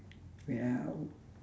wait ah